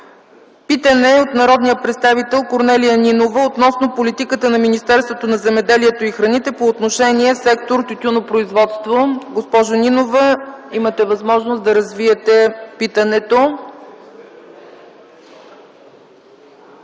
Питане от народния представител Корнелия Нинова относно политиката на Министерството на земеделието и храните по отношение на сектор „Тютюнопроизводство”. Госпожо Нинова, имате възможност да развиете питането.